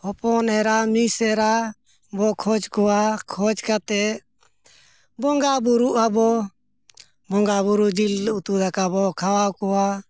ᱦᱚᱯᱚᱱ ᱮᱨᱟ ᱢᱤᱥᱨᱟ ᱵᱚᱱ ᱠᱷᱚᱡᱽ ᱠᱚᱣᱟ ᱠᱷᱚᱡᱽ ᱠᱟᱛᱮᱫ ᱵᱚᱸᱜᱟ ᱵᱩᱨᱩᱜ ᱟᱵᱚᱱ ᱵᱚᱸᱜᱟ ᱵᱩᱨᱩ ᱡᱤᱞ ᱩᱛᱩ ᱫᱟᱠᱟ ᱵᱚᱱ ᱠᱷᱟᱣᱟᱣ ᱠᱚᱣᱟ